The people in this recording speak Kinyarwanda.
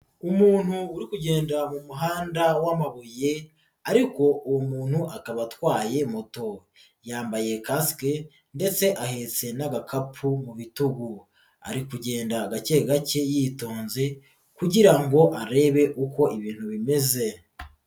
Umuntu uri kugenda mu muhanda w'amabuye ariko uwo muntu akaba atwaye moto, yambaye kasike ndetse ahetse na agakapu mu bitugu ari kugenda gake gake yitonze kugira ngo arebe uko ibintu bimeze.